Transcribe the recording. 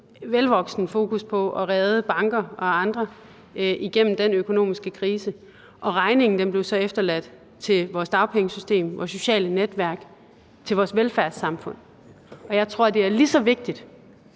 velvoksent fokus på at redde banker og andre igennem den økonomiske krise. Og regningen blev så efterladt hos vores dagpengesystem, vores sociale netværk, vores velfærdssamfund. Jeg tror, det er lige så vigtigt